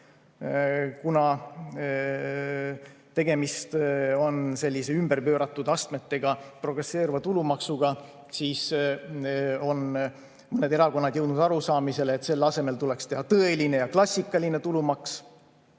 Kuna tegemist on sellise ümberpööratud astmetega progresseeruva tulumaksuga, siis on need erakonnad jõudnud arusaamisele, et selle asemel tuleks teha tõeline klassikaline tulumaks.